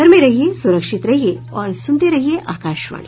घर में रहिये सुरक्षित रहिये और सुनते रहिये आकाशवाणी